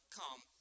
come